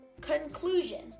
Conclusion